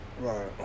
Right